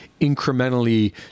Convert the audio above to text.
incrementally